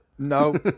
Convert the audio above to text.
No